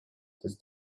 this